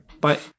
Bye